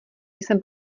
jsem